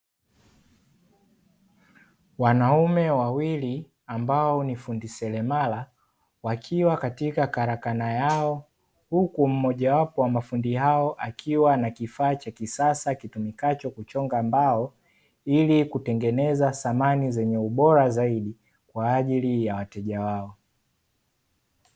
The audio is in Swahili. Wanaume wawili ambao ni fundi seremala, wakiwa katika karakana yao, huku mmojawapo wa mafundi hao, akiwa na kifaa cha kisasa kitumikacho kuchonga mbao, ili kutengeneza samani zenye ubora zaidi, kwa ajili ya wateja wao.